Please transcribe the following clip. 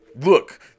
Look